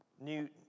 new